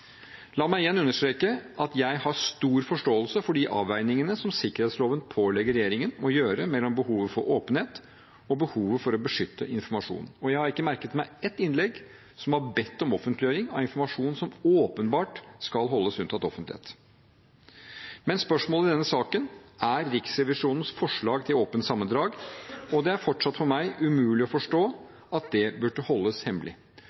La meg igjen understreke at jeg har stor forståelse for de avveiningene som sikkerhetsloven pålegger regjeringen å gjøre mellom behovet for åpenhet og behovet for å beskytte informasjon. Og jeg har ikke merket meg ett innlegg som har bedt om offentliggjøring av informasjon som åpenbart skal holdes unntatt offentlighet. Men spørsmålet i denne saken er Riksrevisjonens forslag til åpent sammendrag, og det er fortsatt for meg umulig å forstå at det burde holdes hemmelig.